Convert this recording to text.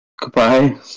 Goodbye